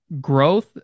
growth